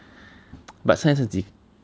but 现在是几